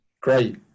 Great